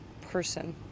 person